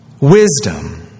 Wisdom